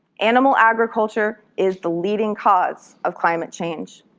animal agriculture is the leading cause of climate change.